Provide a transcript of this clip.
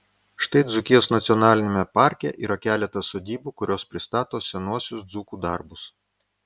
štai dzūkijos nacionaliniame parke yra keletas sodybų kurios pristato senuosius dzūkų darbus